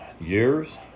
years